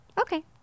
okay